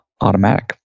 Automatic